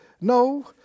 No